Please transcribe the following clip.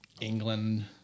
England